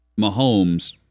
Mahomes